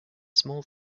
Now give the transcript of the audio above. small